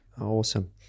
Awesome